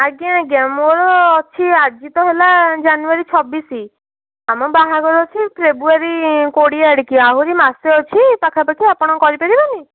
ଆଜ୍ଞା ଆଜ୍ଞା ମୋର ଅଛି ଆଜି ତ ହେଲା ଜାନୁୟାରୀ ଛବିଶି ଆମ ବାହାଘର ଅଛି ଫେବୃୟାରୀ କୋଡ଼ିଏ ଆଡ଼ିକି ଆହୁରି ମାସେ ଅଛି ପାଖାପାଖି ଆପଣ କରି ପାରିବେନି